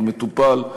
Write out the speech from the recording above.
הוא מטופל,